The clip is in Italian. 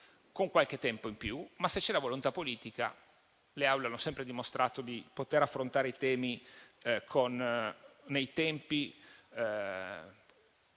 con qualche tempo in più. Ma, se c'è la volontà politica, le Aule hanno sempre dimostrato di poter affrontare i temi nei tempi